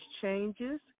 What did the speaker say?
changes